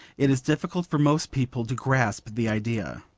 it is difficult for most people to grasp the idea.